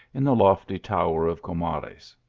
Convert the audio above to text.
in the lofty tower of comarcs.